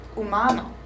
humano